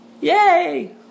Yay